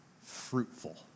fruitful